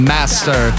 Master